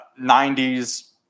90s